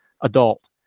adult